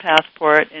passport